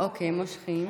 אוקיי, מושכים.